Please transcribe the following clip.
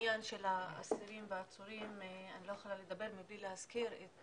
בעניין של העצירים והאסורים אני לא יכולה לדבר מבלי להזכיר את